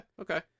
okay